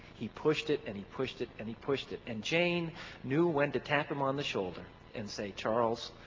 he pushed it and he pushed it and he pushed it and jane knew when to tap him on the shoulder and say, charles,